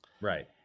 Right